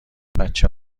بچه